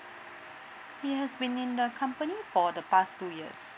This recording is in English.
he has been in the company for the past two years